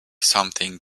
something